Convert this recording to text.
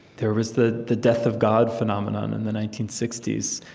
there was the the death of god phenomenon in the nineteen sixty s.